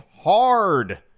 hard